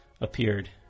appeared